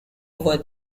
over